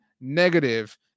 negative –